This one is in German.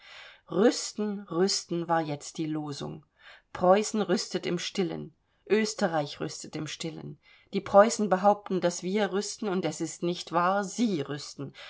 rüsten rüsten war jetzt die losung preußen rüstet im stillen österreich rüstet im stillen die preußen behaupten daß wir rüsten und es ist nicht wahr sie rüsten